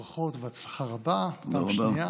ברכות והצלחה רבה, פעם שנייה.